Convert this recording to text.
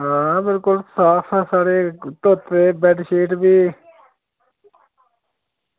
आं बिल्कुल साफ सारे धोते दे बेडशीट बी